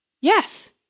Yes